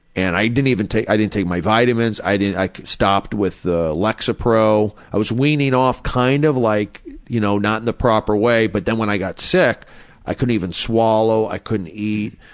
and i didn't even take i didn't take my vitamins, i didn't i stopped with lexapro, i was weaning off kind of like you know, not the proper way, but then when i got sick i couldn't even swallow. i couldn't eat.